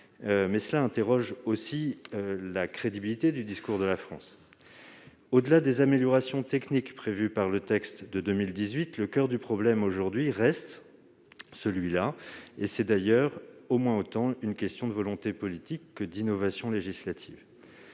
mais cela interroge néanmoins sur la crédibilité du discours de la France. Au-delà des améliorations techniques prévues par le texte de 2018, le coeur du problème reste aujourd'hui celui-là. C'est d'ailleurs une question au moins autant de volonté politique que d'innovation législative.